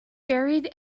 buried